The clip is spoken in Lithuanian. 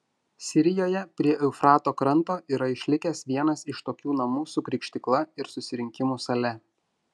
sirijoje prie eufrato kranto yra išlikęs vienas iš tokių namų su krikštykla ir susirinkimų sale